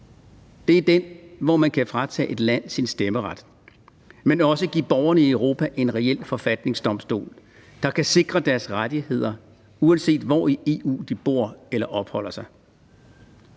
Det er den, som gør, at man kan fratage et land sin stemmeret, men også give borgerne i Europa en reel forfatningsdomstol, der kan sikre deres rettigheder, uanset hvor i EU de bor eller opholder sig.